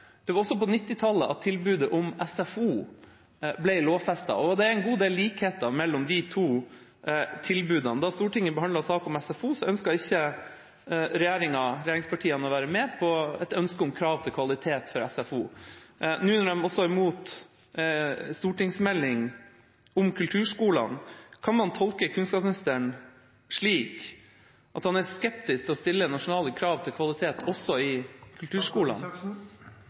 Det var også på 1990-tallet tilbudet om SFO ble lovfestet, og det er en god del likheter mellom de to tilbudene. Da Stortinget behandlet saken om SFO, ønsket ikke regjeringspartiene å være med på et ønske om krav til kvalitet i SFO. Nå er de også imot en stortingsmelding om kulturskoler. Kan man tolke kunnskapsministeren slik at han er skeptisk til å stille nasjonale krav til kvalitet også i kulturskolene?